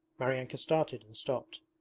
maryanka started and stopped.